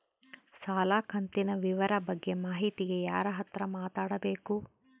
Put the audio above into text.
ಸಾಲ ಕಂತಿನ ವಿವರ ಬಗ್ಗೆ ಮಾಹಿತಿಗೆ ಯಾರ ಹತ್ರ ಮಾತಾಡಬೇಕು?